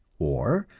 or,